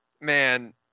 man